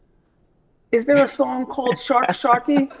is there a song called shark sharkie?